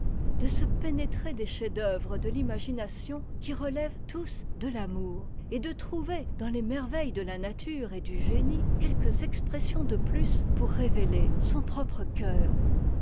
de se pénétrer des chefs-d'œuvre de l'imagination qui relèvent tous de l'amour et de trouver dans les merveilles de la nature et du génie quelques expressions de plus pour révéler son propre cœur